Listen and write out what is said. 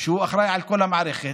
הוא אחראי לכל המערכת,